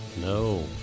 No